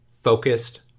focused